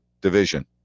division